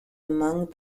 among